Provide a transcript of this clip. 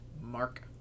Mark